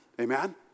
Amen